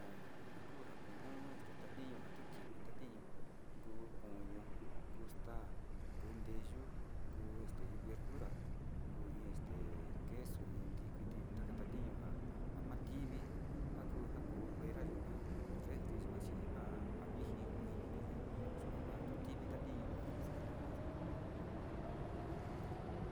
Na'a njaku njakon tendantiño njakuti ivin ndatiño nguu koño nguxta yundeyu nguu verdura iin este queso iin ndikuiti ndatan tiñoa njamativi njakuu njakuu fuera yikuan refri yuxhi njan njaviji indayonei yuan ndutivi njadiño xunjani kuanja.